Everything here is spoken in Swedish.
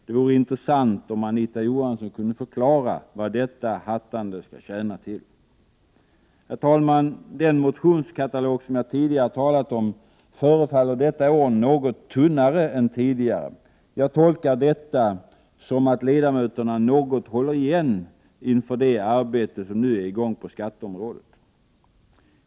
Det vore intressant om Anita Johansson kunde förklara vad detta hattande skall tjäna till. Herr talman! Den motionskatalog som jag tidigare talat om förefaller detta år något tunnare än tidigare. Jag tolkar detta som att ledamöterna något håller igen inför det arbete som nu är i gång på skatteområdet.